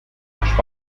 nicht